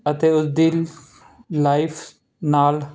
ਅਤੇ ਉਸਦੀ ਲਾਈਫ ਨਾਲ